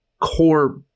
core